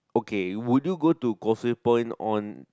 okay would you go to Causeway Point on